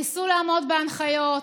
ניסו לעמוד בהנחיות,